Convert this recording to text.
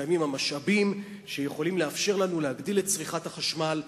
קיימים המשאבים שיכולים לאפשר לנו להגדיל את צריכת החשמל.